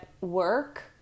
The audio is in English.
work